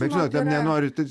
bet žinot nenoriu tais